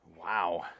Wow